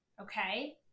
okay